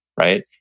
right